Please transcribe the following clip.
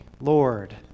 Lord